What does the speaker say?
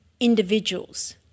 individuals